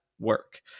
work